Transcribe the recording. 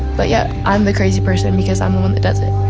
but yeah, i'm the crazy person because i'm the one that doesn't.